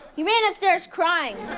he ran upstairs crying!